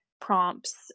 prompts